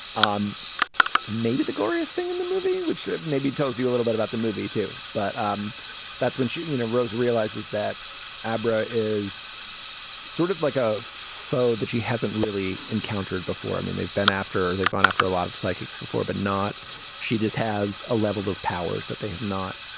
um maybe the glorious thing in the movie which maybe tells you a little bit about the movie too but um that's when she you know rose realizes that abra is sort of like a foe that she hasn't really encountered before. i mean they've been after they've gone after a lot of psychics before but not she just has a level of powers that they have not